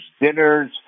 dinners